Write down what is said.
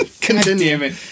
Continue